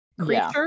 creature